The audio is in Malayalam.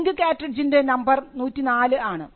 ഇൻങ്ക് കാറ്റ്റിഡ്ജിൻറെ നമ്പർ 104 ആണ്